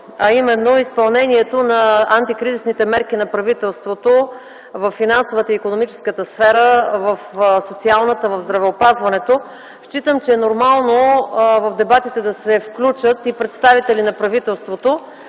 а именно изпълнението на антикризисните мерки на правителството във финансовата, в икономическата, в социалната сфера и в здравеопазването, считам за нормално в дебатите да се включат и представители на правителството.